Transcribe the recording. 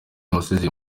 wasezeye